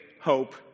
hope